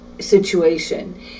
situation